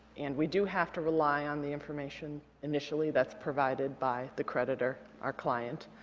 and we do have to rely on the information initially that's provided by the creditor, our client.